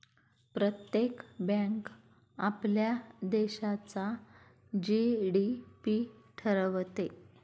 प्रत्येक बँक आपल्या देशाचा जी.डी.पी ठरवते